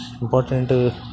important